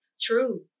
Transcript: True